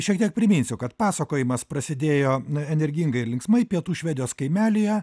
šiek tiek priminsiu kad pasakojimas prasidėjo energingai ir linksmai pietų švedijos kaimelyje